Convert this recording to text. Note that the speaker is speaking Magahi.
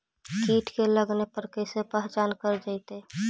कीट के लगने पर कैसे पहचान कर जयतय?